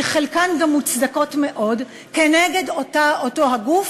שחלקן גם מוצדקות מאוד, נגד אותו גוף,